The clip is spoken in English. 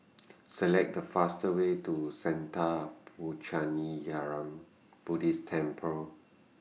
Select The fastest Way to Sattha Puchaniyaram Buddhist Temple